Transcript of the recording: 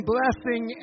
Blessing